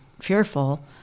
fearful